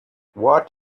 what